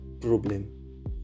problem